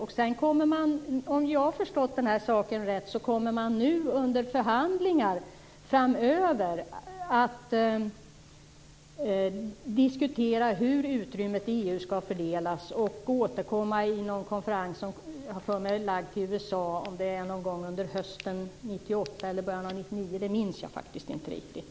Om jag har förstått saken rätt kommer man under förhandlingar framöver att diskutera hur utrymmet skall fördelas i EU och återkomma i en konferens som jag har för mig är förlagd till USA. Om det sker någon gång under hösten 1998 eller början av 1999 minns jag faktiskt inte riktigt.